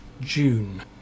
June